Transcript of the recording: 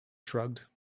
shrugged